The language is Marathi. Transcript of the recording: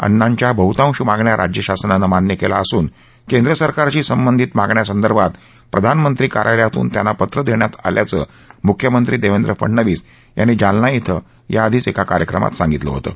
अण्णांच्या बहुतांश मागण्या राज्यशासनानं मान्य केल्या असून केंद्र सरकारशी संबंधित मागण्यासंदर्भात प्रधानमंत्री कार्यालयातून त्यांना पत्र देण्यात आल्याचं मुख्यमंत्री देवेंद्र फडणवीस यांनी जालना क्षे एका कार्यक्रमात सांगितलं होतं